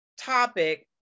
topic